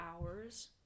hours